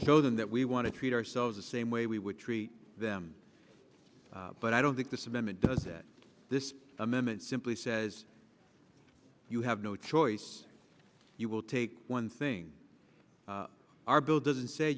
show them that we want to treat ourselves the same way we would treat them but i don't think this amendment does it this amendment simply says you have no choice you will take one thing our bill doesn't say